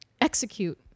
execute